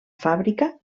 fàbrica